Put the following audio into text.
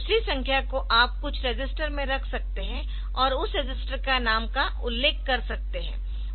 दूसरी संख्या को आप कुछ रजिस्टर में रख सकते है और उस रजिस्टर नाम का उल्लेख कर सकते है